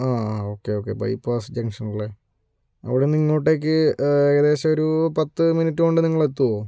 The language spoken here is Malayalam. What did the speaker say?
ആ ഓക്കേ ഓക്കേ ബൈപാസ്സ് ജംഗ്ഷൻ അല്ലേ അവിടുന്നിങ്ങോട്ടേക്ക് ഏകദേശൊരു പത്തു മിനിറ്റുകൊണ്ട് നിങ്ങൾ എത്തുമോ